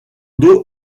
dos